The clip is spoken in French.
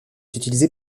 utilisé